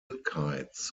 kites